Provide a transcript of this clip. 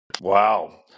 Wow